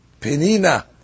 penina